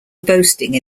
boasting